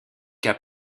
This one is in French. cas